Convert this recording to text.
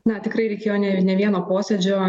na tikrai reikėjo ne ne vieno posėdžio